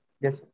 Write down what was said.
Yes